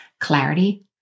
clarity